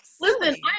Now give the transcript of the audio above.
listen